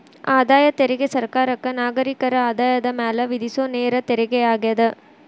ಆದಾಯ ತೆರಿಗೆ ಸರ್ಕಾರಕ್ಕ ನಾಗರಿಕರ ಆದಾಯದ ಮ್ಯಾಲೆ ವಿಧಿಸೊ ನೇರ ತೆರಿಗೆಯಾಗ್ಯದ